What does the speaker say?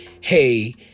Hey